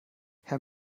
herr